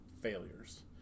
failures